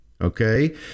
okay